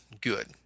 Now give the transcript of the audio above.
Good